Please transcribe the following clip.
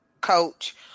coach